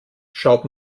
schaut